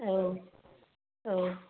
औ औ